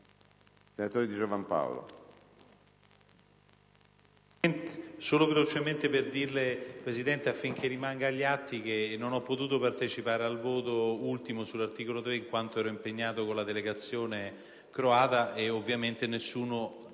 Senatore Di Giovan Paolo,